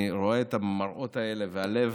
אני רואה את המראות האלה והלב